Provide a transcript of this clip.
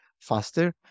faster